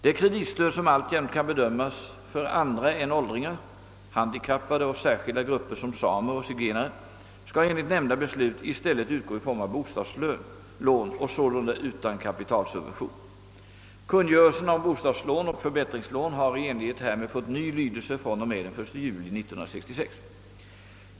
Det kreditstöd som alltjämt kan behövas för andra än åldringar, handikappade och särskilda grupper som samer och zigenare skall enligt nämnda beslut i stället utgå i form av bostadslån och sålunda utan kapitalsubvention. Kungörelserna om bostadslån och förbättringslån har i enlighet härmed fått ny lydelse från och med den 1 juli 1966.